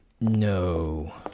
No